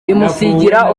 imusigira